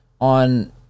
on